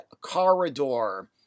Corridor